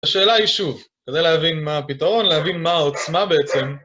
השאלה היא שוב, כדי להבין מה הפתרון, להבין מה העוצמה בעצם.